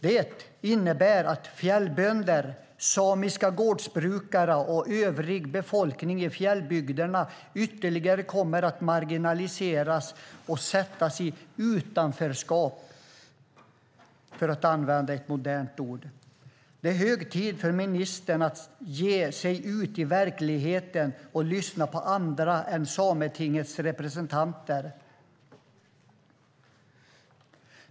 Det innebär att fjällbönder, samiska gårdsbrukare och övrig befolkning i fjällbygderna kommer att marginaliseras ytterligare och sättas i utanförskap, för att använda ett modernt ord. Det är hög tid för ministern att ge sig ut i verkligheten och lyssna på andra än Sametingets representanter.